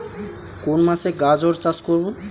কোন মাসে গাজর চাষ করব?